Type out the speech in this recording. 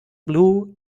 blue